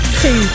two